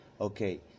okay